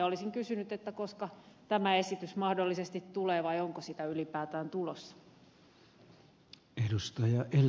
olisin kysynyt koska tämä esitys mahdollisesti tulee vai onko sitä ylipäätään tulossa